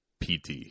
PT